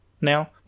now